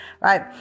right